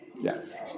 Yes